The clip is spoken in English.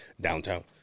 Downtown